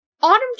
Autumn